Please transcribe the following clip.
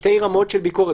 שתי רמות של ביקורת,